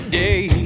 day